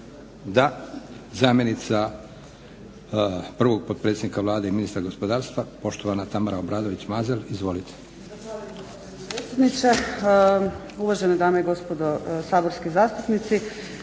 Da. Zamjenica prvog potpredsjednika Vlade i ministra gospodarstva poštovana Tamara Obradović Mazal, izvolite.